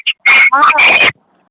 हँ